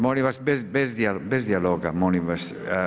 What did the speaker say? Molim vas, bez dijaloga, molim vas.